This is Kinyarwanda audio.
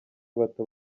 bato